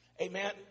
Amen